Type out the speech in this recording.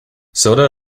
soda